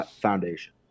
foundation